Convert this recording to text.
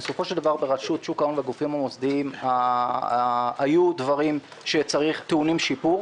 בסופו של דבר ברשות שוק ההון בגופים המוסדיים היו דברים שטעונים שיפור.